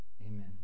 Amen